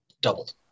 doubled